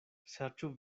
serĉu